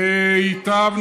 ייט"ב,